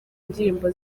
ndirimbo